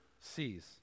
sees